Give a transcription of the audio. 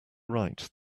right